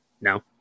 No